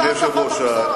מה זה הטפות המוסר האלה?